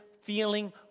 feeling